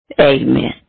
Amen